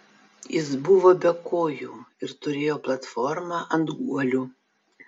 jis buvo be kojų ir turėjo platformą ant guolių